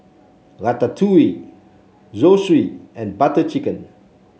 Ratatouille Zosui and Butter Chicken